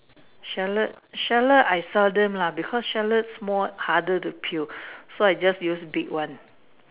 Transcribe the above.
shallot shallot I seldom lah because shallot more harder to peel so I just use big one